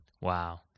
Wow